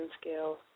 scale